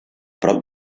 prop